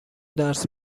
درس